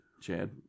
Chad